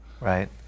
right